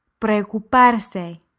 Preocuparse